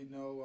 no